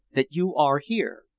that you are here.